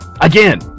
Again